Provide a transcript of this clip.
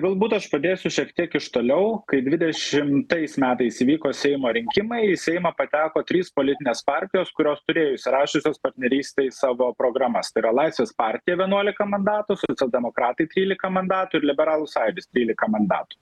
galbūt aš padėsiu šiek tiek iš toliau kai dvidetšimtais metais įvyko seimo rinkimai į seimą pateko trys politinės partijos kurios turėjo įsirašiusios partnerystę į savo programas tai yra laisvės partija vienuolika mandatų socialdemokratai trylika mandatų ir liberalų sąjūdis trylika mandatų